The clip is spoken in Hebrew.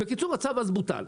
בקיצור, הצו אז בוטל.